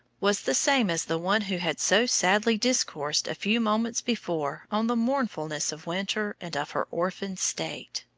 was the same as the one who had so sadly discoursed a few moments before on the mournfulness of winter and of her orphaned state.